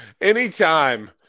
Anytime